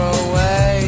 away